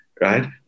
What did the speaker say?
right